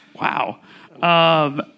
Wow